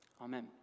Amen